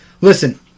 listen